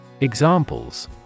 Examples